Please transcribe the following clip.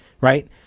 right